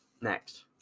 next